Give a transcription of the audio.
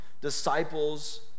disciples